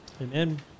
Amen